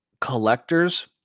collectors